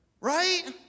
right